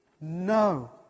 no